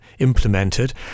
implemented